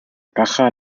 caja